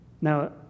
Now